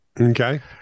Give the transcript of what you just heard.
Okay